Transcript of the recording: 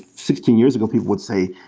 sixteen years ago, people would say,